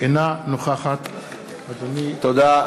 אינה נוכחת תודה.